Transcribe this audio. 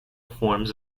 forms